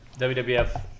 WWF